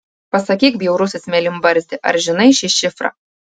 pasakyk bjaurusis mėlynbarzdi ar žinai šį šifrą